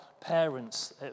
parents